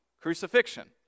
crucifixion